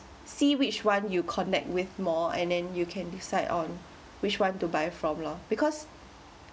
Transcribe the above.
see which one you connect with more and then you can decide on which want to buy from lah because